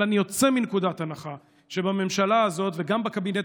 אבל אני יוצא מנקודת הנחה שבממשלה הזאת וגם בקבינט